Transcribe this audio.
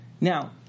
Now